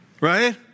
Right